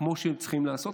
כמו שהם צריכים להיעשות.